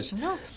No